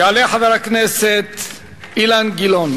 יעלה חבר הכנסת אילן גילאון.